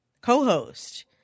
co-host